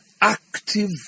active